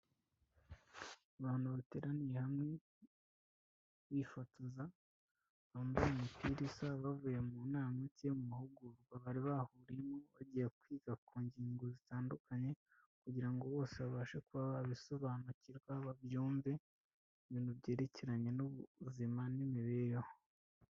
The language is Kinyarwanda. Abantu bateraniye hamwe bifotoza, bambaye imipira isa bavuye mu nama cya mu mahugurwa bari bahuriyemo bagiye kwiga ku ngingo zitandukanye kugira ngo bose babashe kuba bisobanukirwa babyumve ibintu byerekeranye n'ubuzima n'imibereho.